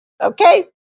Okay